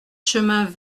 chemin